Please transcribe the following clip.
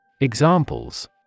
Examples